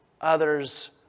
others